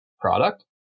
product